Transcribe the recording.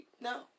No